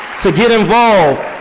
to get involved,